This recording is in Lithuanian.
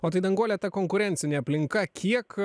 o tai danguolę ta konkurencinė aplinka kiek